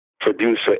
producer